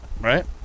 Right